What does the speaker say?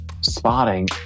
spotting